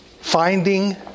Finding